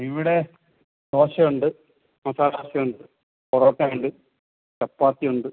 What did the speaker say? ഇവിടെ ദോശയുണ്ട് മസാലദോശയുണ്ട് പൊറോട്ടയുണ്ട് ചപ്പാത്തിയുണ്ട്